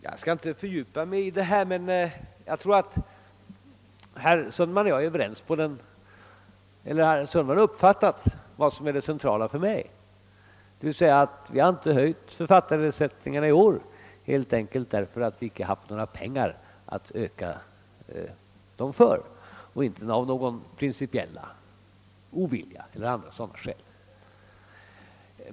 Jag skall inte fördjupa mig i detta, men jag tror att herr Sundman har uppfattat vad som är det centrala för mig; vi har inte höjt författarersättningarna i år helt enkelt därför att vi icke haft några pengar därtill. Det har inte berott på någon principiell ovilja.